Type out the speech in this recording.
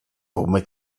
wumme